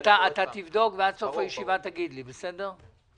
תבדוק ועד תום הישיבה תגיד לי, בסדר?